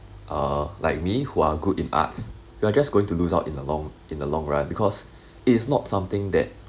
uh like me who are good in arts you are just going to lose out in the long in the long run because it's not something that